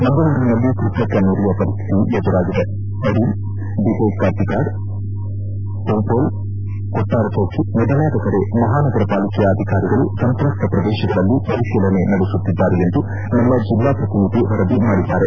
ಮಂಗಳೂರಿನಲ್ಲಿ ಕೃತಕ ನೆರೆಯ ಪರಿಸ್ತಿತಿ ಎದುರಾಗಿದೆ ಪಡೀಲ್ ಬಿಡೈ ಕಾಪಿಕಾಡ್ ಪೊಂಪ್ವೆಲ್ ಕೊಟ್ಟಾರ ಚೌಕಿ ಮೊದಲಾದ ಕಡೆ ಮಹಾನಗರ ಪಾಲಿಕೆಯ ಅಧಿಕಾರಿಗಳು ಸಂತ್ರಸ್ತ ಪ್ರದೇಶಗಳಲ್ಲಿ ಪರಿಶೀಲನೆ ನಡೆಸುತ್ತಿದ್ದಾರೆ ಎಂದು ನಮ್ಮ ಜಲ್ಲಾ ಪ್ರತಿನಿಧಿ ವರದಿ ಮಾಡಿದ್ದಾರೆ